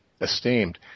esteemed